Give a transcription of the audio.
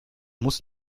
muss